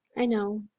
i know,